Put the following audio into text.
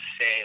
say